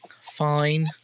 Fine